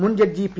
മുൻ judge P